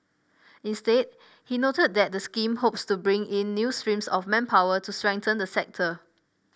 instead he noted that the scheme hopes to bring in new streams of manpower to strengthen the sector